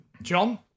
John